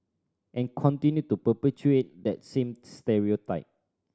and continue to perpetuate that same stereotype